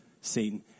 Satan